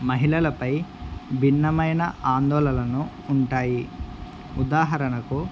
మహిళలపై భిన్నమైన ఆందోళనలు ఉంటాయి ఉదాహరణకు